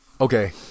Okay